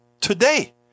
today